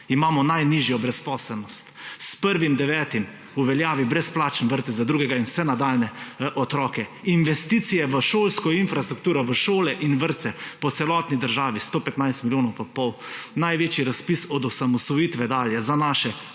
imamo najnižjo brezposelnost. S 1. 9. v veljavi brezplačen vrtec za drugega in vse nadaljnje otroke, investicije v šolsko infrastrukturo v šole in vrtce po celotni državi 115 milijonov in pol. Največji razpis od osamosvojitve dalje za naše